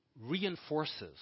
reinforces